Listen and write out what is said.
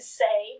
say